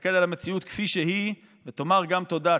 תסתכל על המציאות כפי שהיא ותאמר גם תודה.